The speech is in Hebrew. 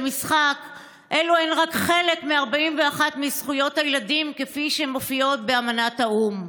למשחק; אלו הן רק חלק מ-41 זכויות הילדים שמופיעות באמנת האו"ם.